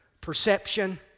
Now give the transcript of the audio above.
perception